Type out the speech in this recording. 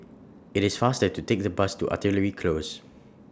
IT IS faster to Take The Bus to Artillery Close